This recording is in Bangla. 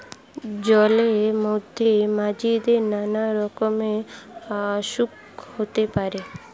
জলের মধ্যে মাছেদের নানা রকমের অসুখ হতে পারে